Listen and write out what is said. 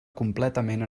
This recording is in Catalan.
completament